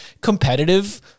competitive